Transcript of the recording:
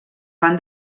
van